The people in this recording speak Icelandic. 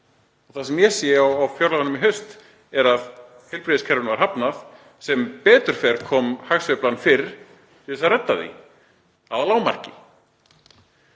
Það sem ég sé í fjárlagafrumvarpinu í haust er að heilbrigðiskerfinu var hafnað. Sem betur fer kom hagsveiflan fyrr til að redda því — að lágmarki.